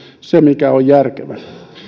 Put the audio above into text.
se mikä on järkevä